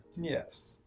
yes